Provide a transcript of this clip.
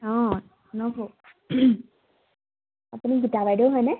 অঁ নবৌ আপুনি গোটা বাইদেউ হয়নে